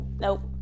Nope